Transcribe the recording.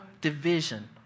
division